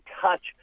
touch